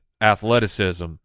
athleticism